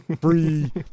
free